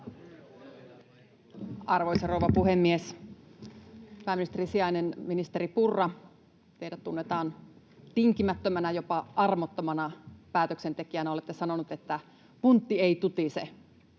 Arvoisa rouva puhemies! Pääministerin sijainen, ministeri Purra, teidät tunnetaan tinkimättömänä ja jopa armottomana päätöksentekijänä. Olette sanonut, että puntti ei tutise.